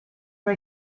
tra